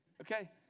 okay